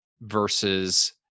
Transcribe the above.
versus